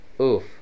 Oof